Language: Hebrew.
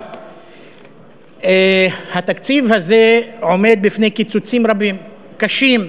אבל התקציב הזה עומד בפני קיצוצים רבים, קשים.